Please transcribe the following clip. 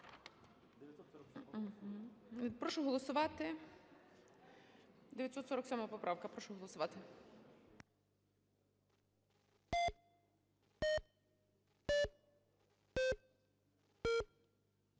Прошу голосувати, 947 поправка, прошу голосувати.